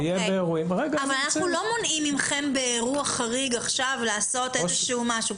אנחנו לא מונעים מכם באירוע חריג לעשות איזשהו משהו.